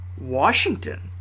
Washington